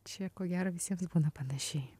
čia ko gero visiems būna panašiai